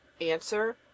Answer